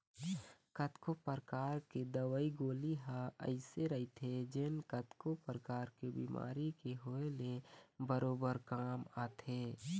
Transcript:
कतको परकार के दवई गोली ह अइसे रहिथे जेन कतको परकार के बेमारी के होय ले बरोबर काम आथे